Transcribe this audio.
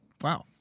Wow